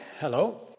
Hello